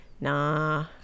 nah